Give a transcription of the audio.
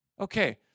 Okay